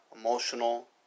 emotional